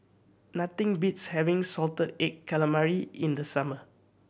nothing beats having salted egg calamari in the summer